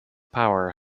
power